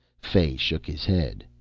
fay shook his head.